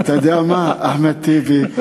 אתה יודע מה, אחמד טיבי?